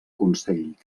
consell